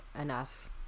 enough